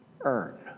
earn